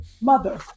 Mother